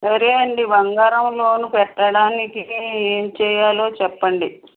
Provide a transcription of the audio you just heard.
సరే అండి బంగారం లోను పెట్టడానికి ఏం చెయ్యాలో చెప్పండి